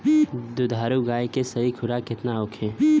दुधारू गाय के सही खुराक केतना होखे?